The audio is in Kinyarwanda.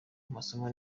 amasomo